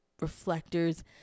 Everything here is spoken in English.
reflectors